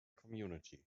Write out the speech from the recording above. community